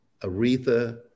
Aretha